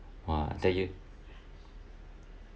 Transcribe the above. !wah! I tell you